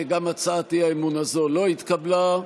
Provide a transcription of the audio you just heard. גם הצעת האי-אמון הזאת לא התקבלה,